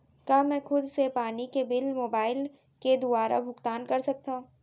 का मैं खुद से पानी के बिल मोबाईल के दुवारा भुगतान कर सकथव?